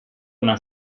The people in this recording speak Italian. una